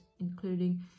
including